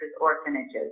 orphanages